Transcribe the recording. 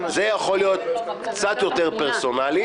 אני רוצה לתת דוגמה לעוד חוק שהוא אישי ולא פרסונלי.